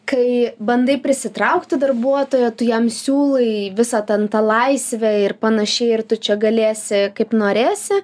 kai bandai prisitraukti darbuotoją tu jam siūlai visą ten tą laisvę ir panašiai ir tu čia galėsi kaip norėsi